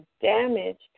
damaged